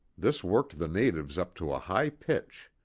this worked the natives up to a high pitch.